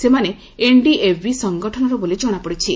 ସେମାନେ ଏନ୍ଡିଏଫ୍ବି ସଂଗଠନର ବୋଲି ଜଣାପଡ଼ିଛି